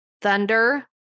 Thunder